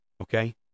Okay